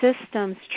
systems